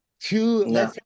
two